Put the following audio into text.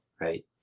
right